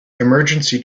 emergency